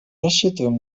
рассчитываем